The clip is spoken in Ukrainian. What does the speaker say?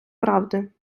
правди